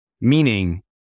meaning